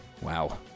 Wow